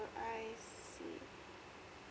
I see